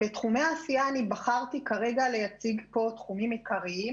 בתחומי העשייה בחרתי להציג פה תחומים עיקרים.